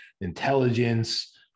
intelligence